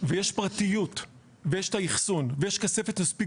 ויש פרטיות ויש את האחסון ויש כספת מספיק